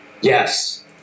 Yes